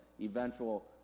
eventual